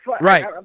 Right